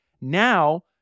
Now